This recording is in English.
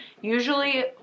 Usually